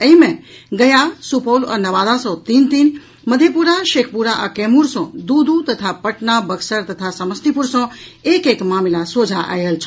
एहि मे गया सुपौल आ नवादा सॅ तीन तीन मधेपुरा शेखपुरा आ कैमूर सॅ दू दू तथा पटना बक्सर आ समस्तीपुर सॅ एक एक मामिला सोझा आयल छल